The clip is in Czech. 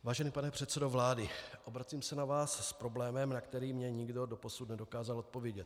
Vážený pane předsedo vlády, obracím se na vás s problémem, na který mi nikdo doposud nedokázal odpovědět.